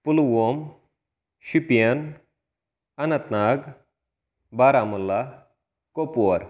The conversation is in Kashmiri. پُلوُوم شُپین اَننٛت ناگ بارَہمُلہ کوپور